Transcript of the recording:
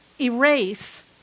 erase